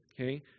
okay